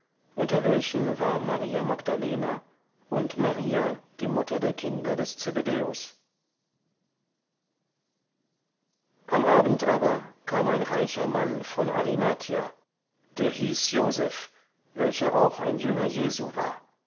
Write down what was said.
unter welchen war maria magdalena und maria die mutter der kinder des zebedäus am abend aber kam ein reicher mann von arimathia der hieß joseph welcher auch ein jünger jesu war